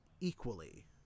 equally